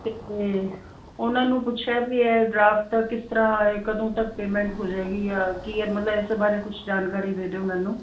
ਤੇ ਉਹਨਾਂ ਨੂੰ ਪੁੱਛਿਆ ਵੀ ਇਹ ਡਰਾਫਟ ਦਾ ਕਿਸ ਤਰ੍ਹਾਂ ਕਦੋਂ ਤੱਕ ਪੇਮੈਂਟ ਹੋ ਜਾਏਗੀ ਯਾ ਕੀ ਮਤਲਬ ਇਸ ਬਾਰੇ ਕੁਝ ਜਾਣਕਾਰੀ ਦੇ ਦਿਓ ਮੈਨੂੰ